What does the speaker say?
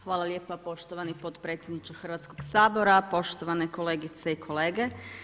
Hvala lijepa poštovani potpredsjedniče Hrvatskog sabora, poštovane kolegice i kolege.